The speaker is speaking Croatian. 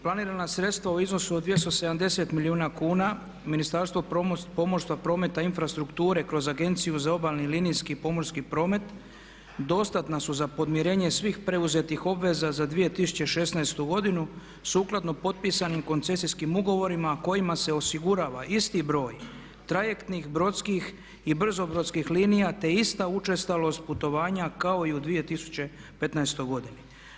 Planirana sredstva u iznosu od 270 milijuna kuna Ministarstvo pomorstva, prometa, infrastrukture kroz agenciju za obalni linijski i pomorski promet dostatna su za podmirenje svih preuzetih obveza za 2016. godinu sukladno potpisanim koncesijskim ugovorima kojima se osigurava isti broj trajektnih, brodskih i brzobrodskih linija te ista učestalost putovanja kao i u 2015. godini.